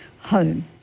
home